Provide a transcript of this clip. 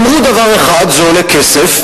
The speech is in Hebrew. אמרו דבר אחד: זה עולה כסף.